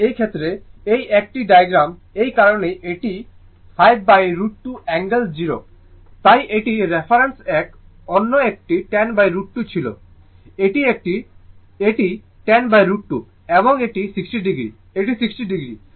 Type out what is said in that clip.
সুতরাং এই ক্ষেত্রে এই একটি ডায়াগ্রাম এই কারণে এটি এই 5√ 2 অ্যাঙ্গেল 0 তাই এটি রেফারেন্স এক অন্য একটি 10√ 2 ছিল এটি একটি এটি 10√ 2 এবং এই 60o এটি 60o